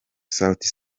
sauti